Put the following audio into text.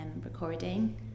recording